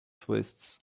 twists